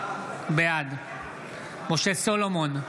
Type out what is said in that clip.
בעד משה סולומון,